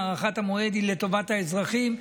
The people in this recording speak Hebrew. הארכת המועד היא לטובת האזרחים,